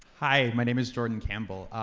hi, my name is jordan campbell.